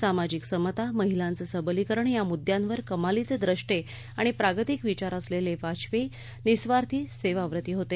सामाजिक समता महिलांच सबलीकरण या मुद्द्यांवर कमालीचे द्रष्टे आणि प्रागतिक विचार असलेले वाजपेयी निःस्वार्थी सेवाव्रती होते